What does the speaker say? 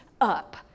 up